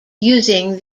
using